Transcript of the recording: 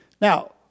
Now